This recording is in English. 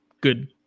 good